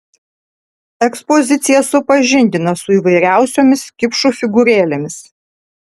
ekspozicija supažindina su įvairiausiomis kipšų figūrėlėmis